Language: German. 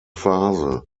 phase